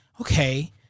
okay